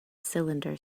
cylinder